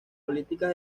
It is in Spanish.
políticas